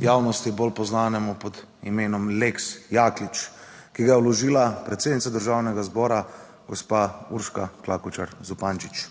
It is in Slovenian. javnosti bolj poznanem pod imenom lex Jaklič, ki ga je vložila predsednica Državnega zbora, gospa Urška Klakočar Zupančič.